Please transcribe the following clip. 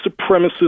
supremacist